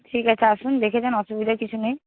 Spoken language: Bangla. ঠিক আছে আসুন দেখে যান অসুবিধার কিছু নেই